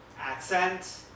accent